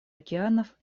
океанов